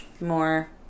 more